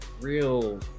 real